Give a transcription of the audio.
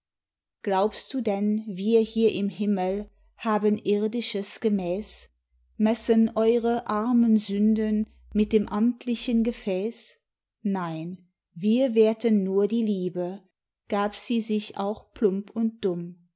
glaubst du denn wir hier im himmel haben irdisches gemäß messen eure armen sünden mit dem amtlichen gefäß nein wir werten nur die liebe gab sie sich auch plump und dumm